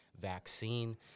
vaccine